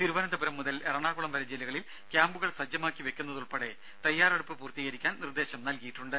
തിരുവനന്തപുരം മുതൽ എറണാകുളം വരെ ജില്ലകളിൽ ക്യാമ്പുകൾ സജ്ജമാക്കി വെക്കുന്നത് ഉൾപ്പെടെ തയ്യാറെടുപ്പ് പൂർത്തീകരിക്കാൻ നിർദേശം നൽകിയിട്ടുണ്ട്